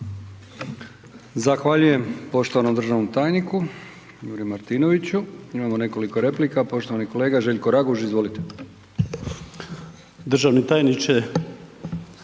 Zahvaljujem poštovanom državnom tajniku Juri Martinoviću. Imamo nekoliko replika, poštovani kolega Željko Raguž, izvolite. **Raguž,